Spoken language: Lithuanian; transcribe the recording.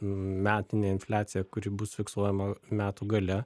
metinę infliaciją kuri bus fiksuojama metų gale